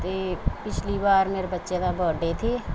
ਅਤੇ ਪਿਛਲੀ ਵਾਰ ਮੇਰੇ ਬੱਚਿਆਂ ਦਾ ਬਰਥਡੇ ਸੀ